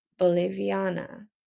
Boliviana